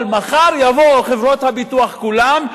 אבל מחר יבואו חברות הביטוח כולן,